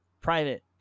private